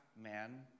man